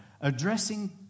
addressing